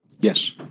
Yes